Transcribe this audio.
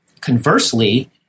conversely